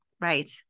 right